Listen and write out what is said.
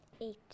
Eight